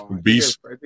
beast